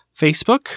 Facebook